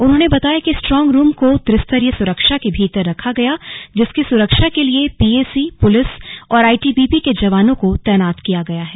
उन्होंने बताया कि स्ट्रांग रूम को त्रिस्तरीय सुरक्षा के भीतर रखा गया जिसकी सुरक्षा के लिए पीएसी पुलिस और आईटीबीपी के जवानों को तैनात किया गया है